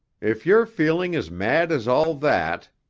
if you're feeling as mad as all that,